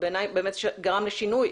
שגרם לשינוי